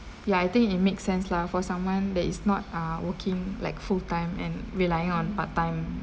ya I think it makes sense lah for someone that is not ah working like full time and relying on part time